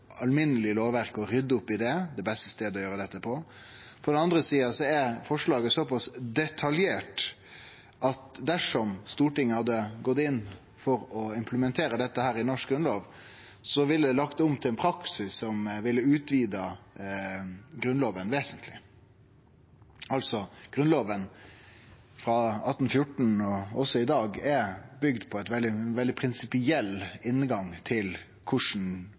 å rydde opp i det alminnelege lovverket den beste måten å gjere dette på. På den andre sida er forslaget såpass detaljert at dersom Stortinget hadde gått inn for å implementere dette i den norske grunnlova, ville ein ha lagt om til ein praksis som ville ha utvida Grunnlova vesentleg. Grunnlova frå 1814, og også i dag, er bygd på ein veldig prinsipiell inngang til korleis